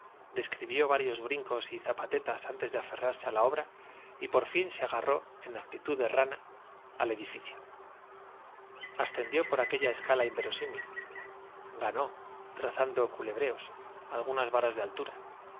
describió varios brincos y zapatetas antes de aferrarse á la obra y por fin se agarró en actitud de rana al edificio ascendió por aquella escala inverosímil ganó trazando culebreos algunas varas de altura